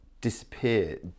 disappear